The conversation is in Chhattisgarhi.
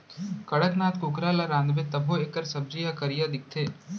कड़कनाथ कुकरा ल रांधबे तभो एकर सब्जी ह करिया दिखथे